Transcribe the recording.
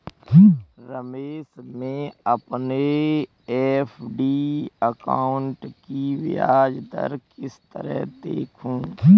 रमेश मैं अपने FD account की ब्याज दर किस तरह देखूं?